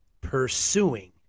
pursuing